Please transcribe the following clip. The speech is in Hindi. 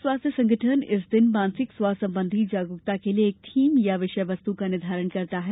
विश्व स्वास्थ्य संगठन इस दिवस पर मानसिक स्वास्थ्य सम्बन्धी जागरुकता के लिए एक थीम अथवा विषय वस्तु का निर्धारण करता है